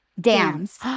dams